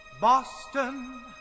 Boston